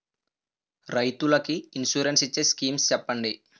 రైతులు కి ఇన్సురెన్స్ ఇచ్చే స్కీమ్స్ చెప్పండి?